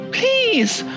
Please